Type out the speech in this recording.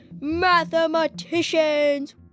mathematicians